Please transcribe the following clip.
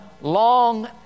long